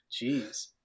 Jeez